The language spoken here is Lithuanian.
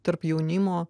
tarp jaunimo